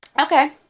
Okay